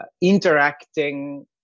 interacting